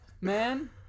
man